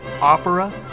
opera